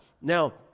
Now